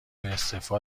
استعفا